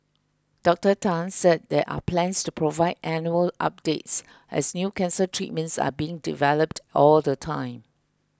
Dr Tan said there are plans to provide annual updates as new cancer treatments are being developed all the time